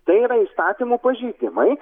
tai yra įstatymų pažeidimai